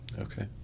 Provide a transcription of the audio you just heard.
okay